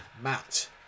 Matt